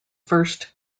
first